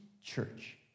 Church